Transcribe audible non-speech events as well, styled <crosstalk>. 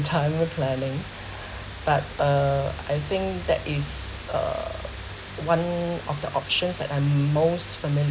retirement planning <breath> but uh I think that is uh one of the options that I'm most